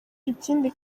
ikindi